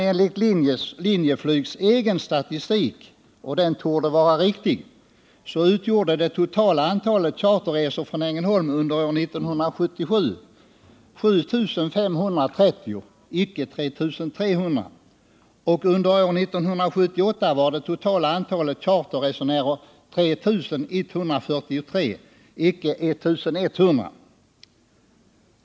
Enligt Linjeflygs egen statistik — och den torde vara riktig — utgjorde det totala antalet charterresor från Ängelholm under år 1977 7 530, icke 3 300, och under år 1978 var det totala antalet charterresenärer 3 143, icke 1 100.